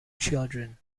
children